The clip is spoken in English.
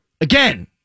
Again